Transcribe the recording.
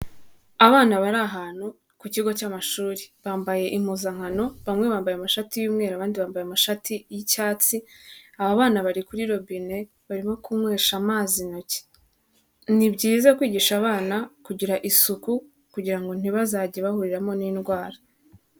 Abana bari ahantu ku kigo cy'amashuri, bambaye impuzankano bamwe bambaye amashati y'umweru, abandi bambaye amashati y'icyatsi, aba bana bari kuri robine barimo kunywesha amazi intoki. Ni byiza kwigisha abana kugira isuku kugira ngo ntibazajye bahuriramo n'indwara.